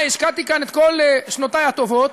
אה, השקעתי כאן את כל שנותי הטובות,